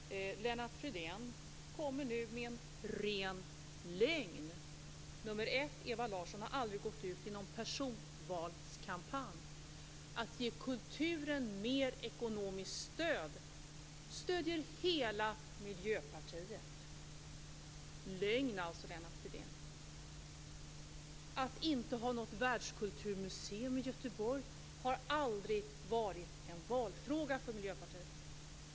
Fru talman! Lennart Fridén kommer nu med en ren lögn. Först och främst: Ewa Larsson har aldrig gått ut i någon personvalskampanj. Hela Miljöpartiet stöder att ge kulturen mer ekonomiskt stöd. Lögn, Att inte ha ett Världskulturmuseum i Göteborg har aldrig varit en valfråga för Miljöpartiet.